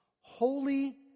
holy